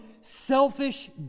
selfish